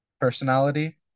personality